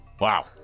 Wow